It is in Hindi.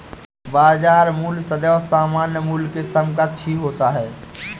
बाजार मूल्य सदैव सामान्य मूल्य के समकक्ष ही होता है